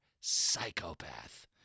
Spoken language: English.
psychopath